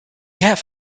have